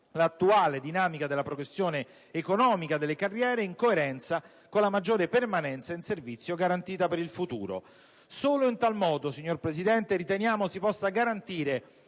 l'attuale dinamica della progressione economica delle carriere, in coerenza con la maggiore permanenza in servizio garantita per il futuro. Solo in tal modo, signor Presidente, si potrà garantire